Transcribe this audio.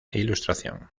ilustración